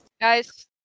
guys